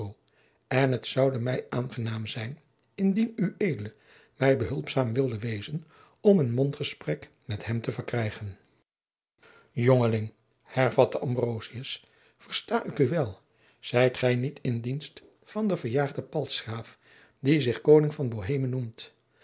en het zoude mij aangenaam zijn indien ued mij behulpzaam wilde wezen om een mondgesprek met hem te verkrijgen jongeling hervatte ambrosius versta ik u wél zijt gij niet in dienst van den verjaagden paltsgraaf die zich koning van boheme noemt